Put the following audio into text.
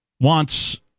wants